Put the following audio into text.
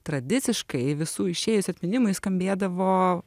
tradiciškai visų išėjus atminimui skambėdavo